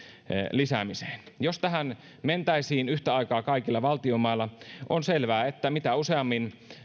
lisäämiseen jos tähän mentäisiin yhtä aikaa kaikilla valtion mailla on selvää että mitä useammin